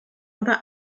runner